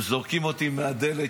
הם זורקים אותי מהדלת,